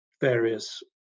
various